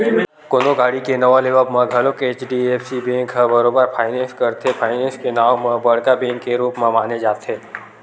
कोनो गाड़ी के नवा लेवब म घलोक एच.डी.एफ.सी बेंक ह बरोबर फायनेंस करथे, फायनेंस के नांव म बड़का बेंक के रुप माने जाथे